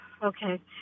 Okay